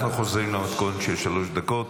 אנחנו חוזרים למתכונת של שלוש דקות.